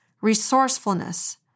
resourcefulness